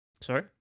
Sorry